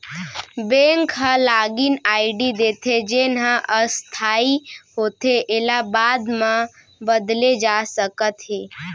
bank ह login ID देथे जेन ह अस्थाई होथे एला बाद म बदले जा सकत हे